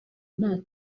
nta